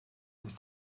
ist